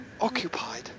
occupied